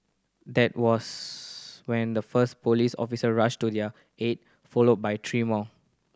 that was when the first police officer rushed to their aid followed by three more